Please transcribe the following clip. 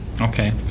Okay